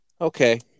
okay